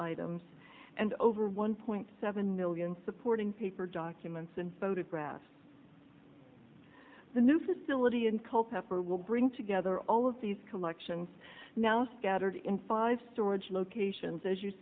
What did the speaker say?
items and over one point seven million supporting paper documents and photographs the new facility in culpepper will bring together all of these collections now scattered in five storage locations as you